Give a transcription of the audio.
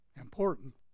Important